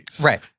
Right